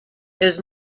his